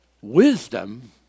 wisdom